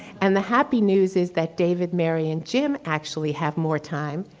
and the happy news is that david, mary and jim actually have more time.